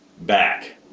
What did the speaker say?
Back